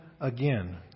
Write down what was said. again